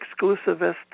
exclusivist